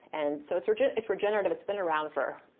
and so sort of it's regenerative. it's been around for,